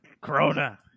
corona